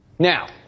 Now